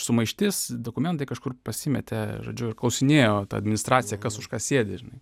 sumaištis dokumentai kažkur pasimetė žodžiu klausinėjo ta administracija kas už ką sėdi žinai